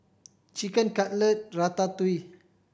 Chicken Cutlet Ratatouille